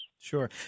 Sure